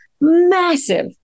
massive